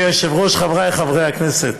אדוני היושב-ראש, חבריי חברי הכנסת,